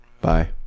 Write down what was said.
Bye